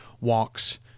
walks